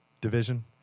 division